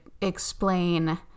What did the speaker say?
explain